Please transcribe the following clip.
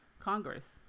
Congress